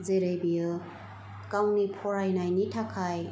जेरै बियो गावनि फरायनायनि थाखाय